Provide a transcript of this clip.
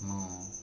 ମୁଁ